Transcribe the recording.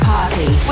Party